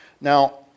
Now